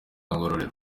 ngororero